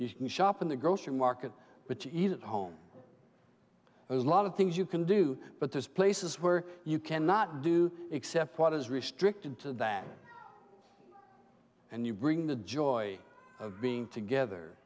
can shop in the grocery market but eat at home there's a lot of things you can do but there's places where you can not do except what is restricted to that and you bring the joy of being together